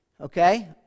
Okay